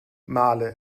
malé